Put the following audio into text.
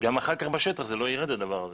גם אחר כך בשטח זה לא ירד הדבר הזה.